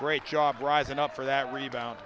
great job rising up for that rebound